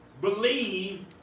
believe